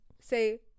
say